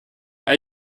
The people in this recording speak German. all